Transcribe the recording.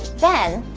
then,